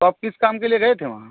तो आप किस काम के लिए गए थे वहाँ